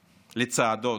לצעדות,